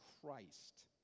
Christ